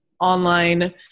online